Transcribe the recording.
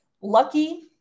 lucky